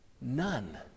None